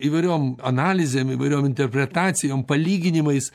įvairiom analizėm įvairiom interpretacijom palyginimais